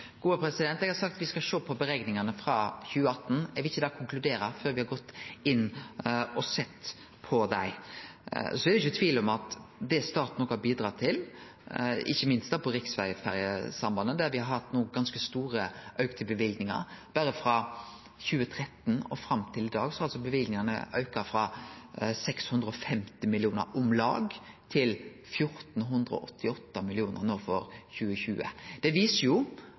sagt at me skal sjå på utrekningane frå 2018. Eg vil ikkje konkludere før me har gått inn og sett på dei. Så er det ikkje tvil om det staten har bidrege til, ikkje minst på riksvegferjesambandet, der me har hatt ganske store auka løyvingar. Berre frå 2013 og fram til i dag har løyvingane auka frå om lag 650 mill. kr til 1 488 mill. kr for 2020. Det viser